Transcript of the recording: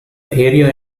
area